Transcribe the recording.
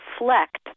reflect